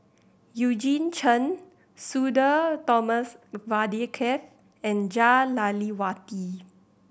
Eugene Chen Sudhir Thomas Vadaketh and Jah Lelawati